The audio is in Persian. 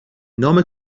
نام